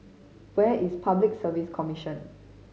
where is Public Service Commission